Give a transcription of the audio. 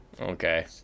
Okay